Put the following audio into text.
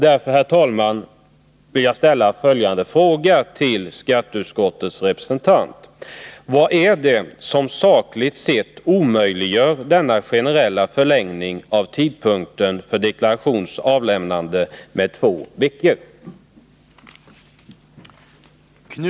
Därför, herr talman, vill jag ställa följande fråga till skatteutskottets representant: Vad är det som sakligt sett omöjliggör denna generella förlängning av tiden för deklarations avlämnande med två veckor?